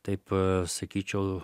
taip sakyčiau